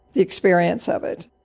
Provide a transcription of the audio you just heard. the experience of it